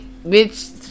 bitch